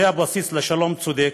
זה הבסיס לשלום צודק,